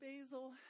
Basil